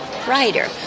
writer